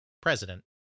president